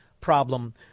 problem